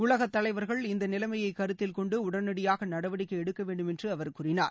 உலக தலைவர்கள் இந்த நிலைமையை கருத்தில்கொண்டு உடனடியாக நடவடிக்கை எடுக்க வேண்டும் என்று அவர் கூறினார்